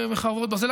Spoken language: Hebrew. בחרבות ברזל.